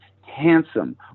handsome